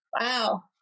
wow